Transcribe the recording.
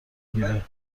گیره